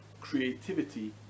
creativity